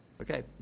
Okay